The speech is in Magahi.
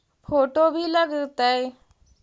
फोटो भी लग तै?